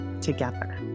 together